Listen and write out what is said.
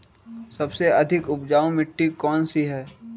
सबसे अधिक उपजाऊ मिट्टी कौन सी हैं?